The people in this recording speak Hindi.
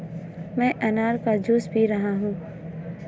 मैं अनार का जूस पी रहा हूँ